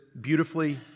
beautifully